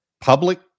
Public